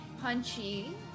Punchy